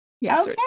yes